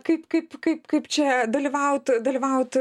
kaip kaip kaip kaip čia dalyvaut dalyvaut